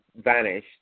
vanished